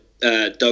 Doug